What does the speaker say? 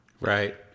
right